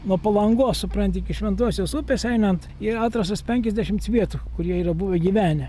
nuo palangos supranti iki šventosios upės einant yr atrastos penkiasdešimts vietų kur jie yra buvę gyvenę